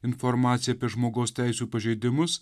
informaciją apie žmogaus teisių pažeidimus